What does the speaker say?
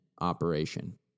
operation